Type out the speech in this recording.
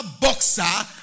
boxer